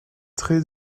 traits